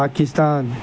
Pakistan